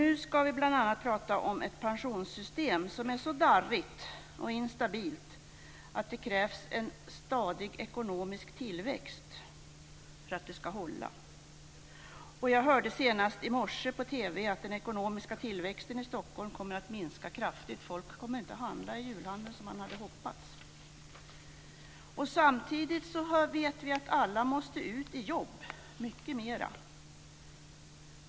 Nu ska vi bl.a. prata om ett pensionssystem som är så darrigt och instabilt att det krävs en stadig ekonomisk tillväxt för att det ska hålla. Jag hörde senast i morse på TV att den ekonomiska tillväxten i Stockholm kommer att minska kraftigt. Folk kommer inte att handla i julhandeln som man hade hoppats. Samtidigt hör vi att alla måste ut i jobb - mycket mer.